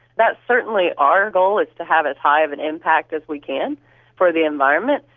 that's certainly our goal, is to have as high of an impact as we can for the environment,